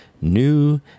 new